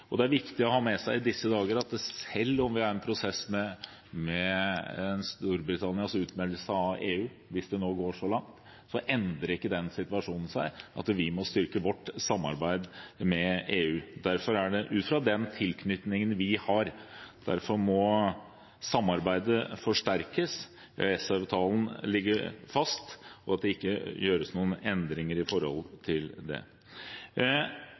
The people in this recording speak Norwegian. dager er det viktig å ha med seg at selv om det er en prosess med Storbritannias utmelding av EU – hvis det går så langt – endres ikke den situasjonen at vi må styrke vårt samarbeid med EU. Derfor må samarbeidet, ut fra den tilknytningen vi har, forsterkes og EØS-avtalen ligge fast – det må ikke gjøres noen endringer i det.